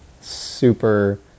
super